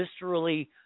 viscerally